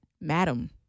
Madam